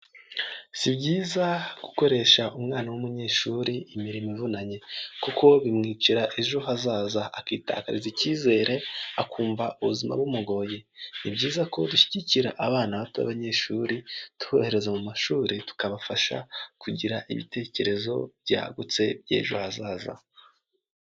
Si byiza gukoresha umwana w'umunyeshuri imirimo ivunanye kuko bimwicira ejo hazaza akitariza icyizere akumva ubuzima bumugoye, ni byiza ko dushyigikira abana bato abanyeshuri tubohereza mu mashuri tukabafasha kugira ibitekerezo byagutse by'ejo hazaza.